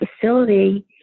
facility